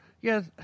Yes